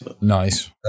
Nice